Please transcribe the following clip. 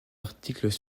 articles